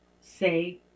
say